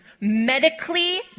Medically